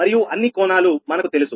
మరియు అన్ని కోణాలు మనకు తెలుసు